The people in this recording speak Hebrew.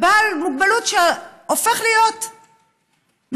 ובעל מוגבלות שהופך להיות מבוגר.